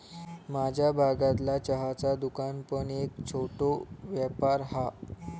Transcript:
माझ्या भागतला चहाचा दुकान पण एक छोटो व्यापार हा